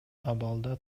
абалда